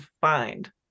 find